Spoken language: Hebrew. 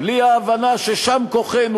בלי ההבנה ששם כוחנו.